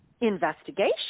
investigation